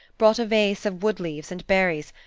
brought a vase of wood-leaves and berries,